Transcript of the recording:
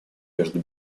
между